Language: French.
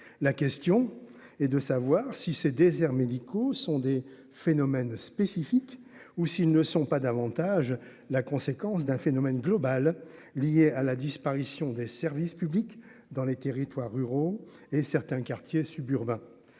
la question est de savoir si ces déserts médicaux sont des phénomènes spécifique ou s'ils ne sont pas davantage la conséquence d'un phénomène global lié à la disparition des services publics dans les territoires ruraux et certains quartiers suburbains